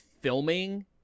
filming